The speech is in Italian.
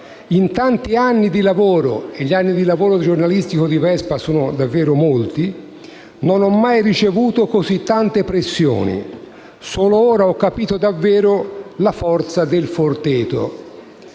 in tanti anni di lavoro - e gli anni di lavoro giornalistico di Vespa sono davvero molti - non aveva mai ricevuto così tante pressioni e che solo allora aveva capito davvero la forza di questa